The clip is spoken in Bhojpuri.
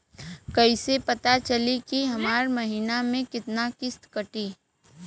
कईसे पता चली की हमार महीना में कितना किस्त कटी?